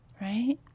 right